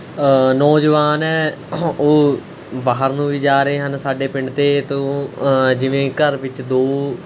ਨੌਜਵਾਨ ਹੈ ਉਹ ਬਾਹਰ ਨੂੰ ਵੀ ਜਾ ਰਹੇ ਹਨ ਸਾਡੇ ਪਿੰਡ ਤੋਂ ਤੋਂ ਜਿਵੇਂ ਘਰ ਵਿੱਚ ਦੋ